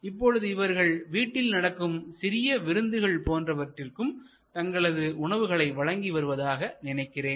இப்பொழுது இவர்கள் வீட்டில் நடக்கும் சிறிய விருந்துகள் போன்றவற்றிற்கும் தங்களது உணவுகளை வழங்கி வருவதாக நினைக்கிறேன்